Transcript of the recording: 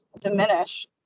diminish